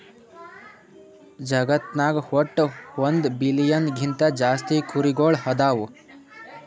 ಜಗತ್ನಾಗ್ ವಟ್ಟ್ ಒಂದ್ ಬಿಲಿಯನ್ ಗಿಂತಾ ಜಾಸ್ತಿ ಕುರಿಗೊಳ್ ಅದಾವ್